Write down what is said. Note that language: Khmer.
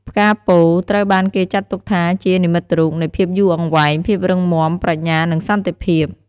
ផ្កាពោធិ៍ត្រូវបានគេចាត់ទុកថាជា និមិត្តរូបនៃភាពយូរអង្វែង ភាពរឹងមាំ ប្រាជ្ញា និងសន្តិភាព។